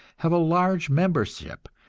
have a large membership,